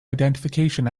identification